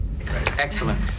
Excellent